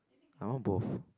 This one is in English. I want both